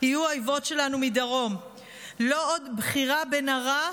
אדוני היושב-ראש, כנסת נכבדה,